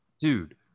dude